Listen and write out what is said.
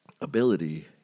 ability